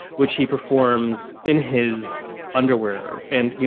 which he performs in his underwear. and, you